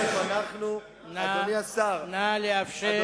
נא לאפשר,